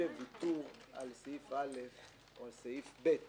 שוויתור על סעיף (א) או על סעיף (ב),